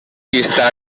vista